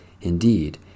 Indeed